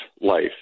life